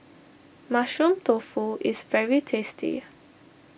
Mushroom Tofu is very tasty